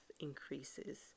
increases